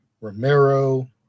Romero